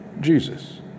Jesus